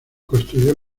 construyó